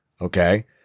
Okay